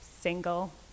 single